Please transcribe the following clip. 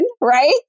right